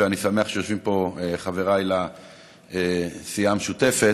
ואני שמח שיושבים פה חבריי לסיעה המשותפת: